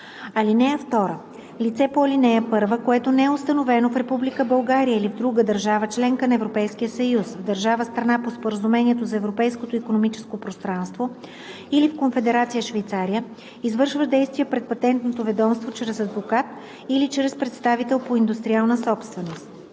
(2) Лице по ал. 1, което не е установено в Република България или в друга държава – членка на Европейския съюз, в държава – страна по Споразумението за Европейското икономическо пространство, или в Конфедерация Швейцария, извършва действия пред Патентното ведомство чрез адвокат или чрез представител по индустриална собственост.